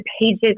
pages